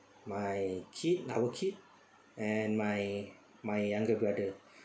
my kid our kid and my my younger brother